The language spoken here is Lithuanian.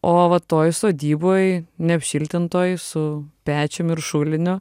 o va toj sodyboj neapšiltintoj su pečium ir šuliniu